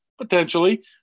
Potentially